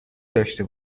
داشته